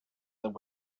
there